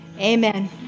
amen